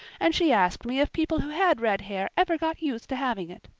and she asked me if people who had red hair ever got used to having it.